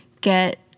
get